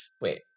Wait